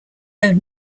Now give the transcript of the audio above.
own